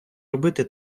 робити